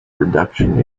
reduction